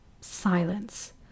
silence